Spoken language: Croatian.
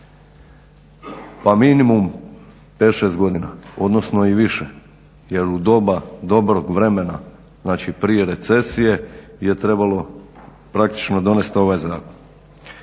pa minimum 5-6 godina, odnosno i više jer u doba dobrog vremena, znači prije recesije je trebalo praktično donest ovaj zakon.